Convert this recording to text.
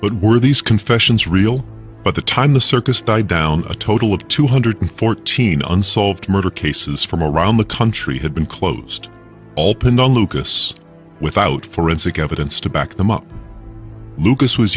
but were these confessions real but the time the circus died down a total of two hundred fourteen unsolved murder cases from around the country had been closed without forensic evidence to back them up lucas was